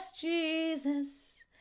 jesus